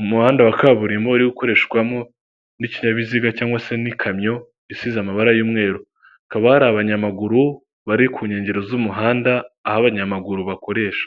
Umuhanda wa kaburimbo uri gukoreshwamo n'ikinyabiziga cyangwa se n'ikamyo isize amabara y'umweru, hakaba hari abanyamaguru bari ku nkengero z'umuhanda, aho abanyamaguru bakoresha